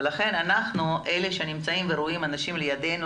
לכן אנחנו אלה שנמצאים ורואים אנשים לידנו,